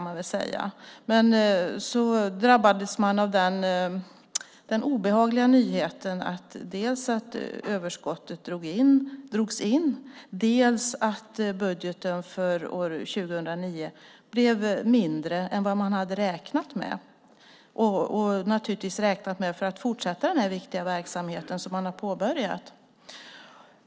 Men så drabbades man av den obehagliga nyheten att dels överskottet drogs in, dels budgeten för år 2009 blev mindre än vad man hade räknat med. Man hade naturligtvis räknat med att få fortsätta med den viktiga verksamhet som man hade påbörjat.